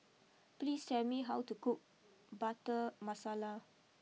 please tell me how to cook Butter Masala